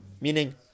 Meaning